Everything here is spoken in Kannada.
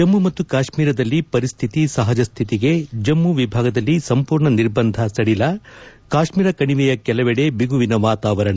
ಜಮ್ಮು ಮತ್ತು ಕಾಶ್ಮೀರದಲ್ಲಿ ಪರಿಸ್ಥಿತಿ ಸಹಜಸ್ಥಿತಿಗೆ ಜಮ್ಮು ವಿಭಾಗದಲ್ಲಿ ಸಂಪೂರ್ಣ ನಿರ್ಬಂಧ ಸಡಿಲ ಕಾಶ್ಮೀರ ಕಣಿವೆಯ ಕೆಲವೆಡೆ ಬಿಗುವಿನ ವಾತಾವರಣ